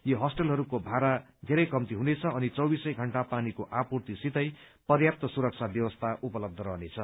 यी होस्टेलहरूको भाँड़ा धेरै कम्ती हुनेछ अनि चौबिसै घण्टा पानीको आपूर्ति साथै पर्याप्त सुरक्षा व्यवस्था उपलब्य रहनेछ